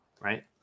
right